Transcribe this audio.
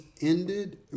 ended